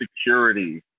security